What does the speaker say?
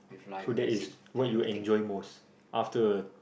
so that is what you enjoy most after